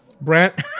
Brent